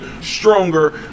stronger